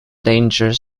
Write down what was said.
danger